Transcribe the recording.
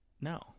No